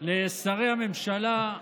לשרי הממשלה,